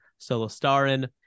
Solostarin